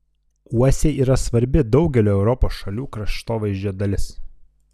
uosiai yra svarbi daugelio europos šalių kraštovaizdžio dalis